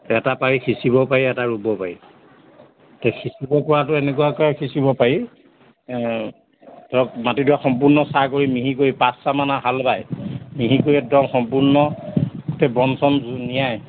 এটা পাৰি সিঁচিব পাৰি এটা ৰুব পাৰি সিঁচিব পৰাটো এনেকুৱাকৈ সিঁচিব পাৰি ধৰক মাটিডৰা সম্পূৰ্ণ চাহ কৰি মিহি কৰি পাঁচ চাহমান হাল বাই মিহি কৰি একদম সম্পূৰ্ণকৈ বন চন